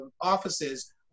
offices